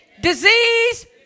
disease